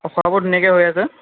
বোৰ ধুনীয়াকৈ হৈ আছে